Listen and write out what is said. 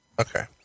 Okay